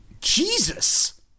Jesus